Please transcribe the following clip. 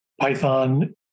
Python